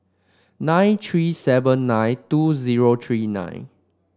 nine three seven nine two zero three nine